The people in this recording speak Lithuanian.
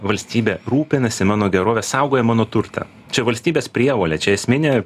valstybė rūpinasi mano gerove saugoja mano turtą čia valstybės prievolė čia esminė